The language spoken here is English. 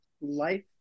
life